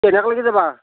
কেতিয়াকলৈকে যাবা